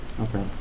Okay